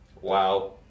Wow